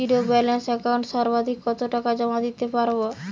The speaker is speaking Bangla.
জীরো ব্যালান্স একাউন্টে সর্বাধিক কত টাকা জমা দিতে পারব?